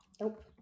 nope